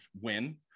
win